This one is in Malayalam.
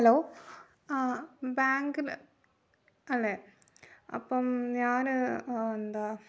ഹലോ ആ ബാങ്കിൽ അല്ലേ അപ്പം ഞാൻ എന്താ